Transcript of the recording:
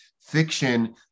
fiction